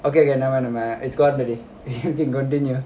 okay okay never mind never mind it's gone already we can continue